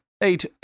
eight